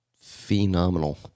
phenomenal